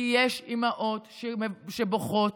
כי יש אימהות שבוכות,